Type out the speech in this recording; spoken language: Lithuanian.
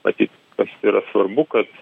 matyt tas yra svarbu kad